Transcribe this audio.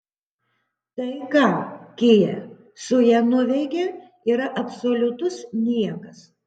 tai ką kia su ja nuveikia yra absoliutus niekas